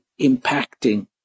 impacting